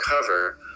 cover